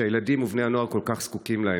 כשהילדים ובני הנוער כל כך זקוקים להם.